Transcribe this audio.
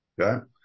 Okay